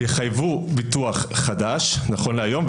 יחייבו ביטוח חדש, נכון להיום.